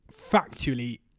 factually